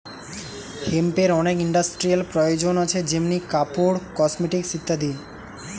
হেম্পের অনেক ইন্ডাস্ট্রিয়াল প্রয়োজন আছে যেমনি কাপড়, কসমেটিকস ইত্যাদি